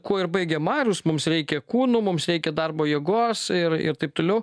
kuo ir baigė marius mums reikia kūnų mums reikia darbo jėgos ir ir taip toliau